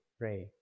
pray